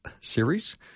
series